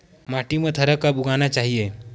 माटी मा थरहा कब उगाना चाहिए?